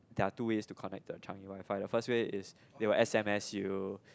there are two ways to connect the Changi Wi-Fi the first way is they will S_M_S you